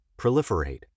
proliferate